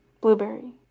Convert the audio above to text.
Blueberry